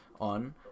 on